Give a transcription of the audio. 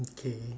okay